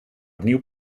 opnieuw